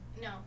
No